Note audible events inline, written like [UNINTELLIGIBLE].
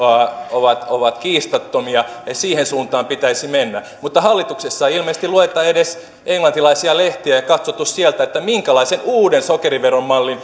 ovat ovat kiistattomia siihen suuntaan pitäisi mennä mutta hallituksessa ei ilmeisesti lueta edes englantilaisia lehtiä eikä ole katsottu sieltä minkälaisen uuden sokeriveron mallin [UNINTELLIGIBLE]